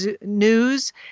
News